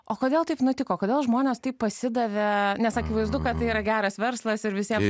o kodėl taip nutiko kodėl žmonės taip pasidavė nes akivaizdu kad tai yra geras verslas ir visiem